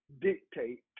dictate